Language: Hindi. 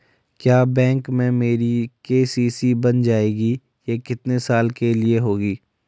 क्या बैंक में मेरी के.सी.सी बन जाएगी ये कितने साल के लिए होगी?